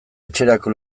etxerako